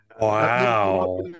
Wow